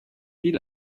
viel